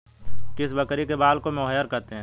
किस बकरी के बाल को मोहेयर कहते हैं?